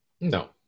No